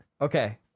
Okay